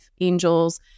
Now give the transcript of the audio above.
angels